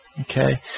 Okay